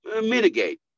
mitigate